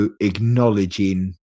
acknowledging